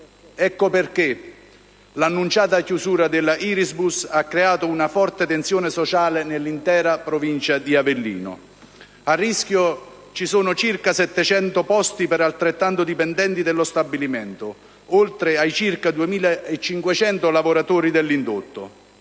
Ecco perché l'annunciata chiusura della Irisbus ha creato una forte tensione sociale nell'intera provincia di Avellino. A rischio ci sono circa 700 posti per altrettanti dipendenti dello stabilimento, oltre ai circa 2.000 lavoratori dell'indotto.